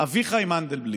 אביחי מנדלבליט.